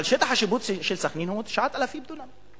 שטח השיפוט של סח'נין הוא 9,000 דונם,